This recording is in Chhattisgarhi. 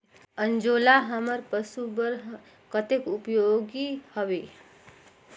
अंजोला हमर पशु बर कतेक उपयोगी हवे?